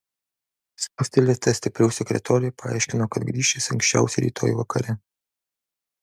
spustelėta stipriau sekretorė paaiškino kad grįš jis anksčiausiai rytoj vakare